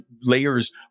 layers